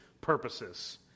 purposes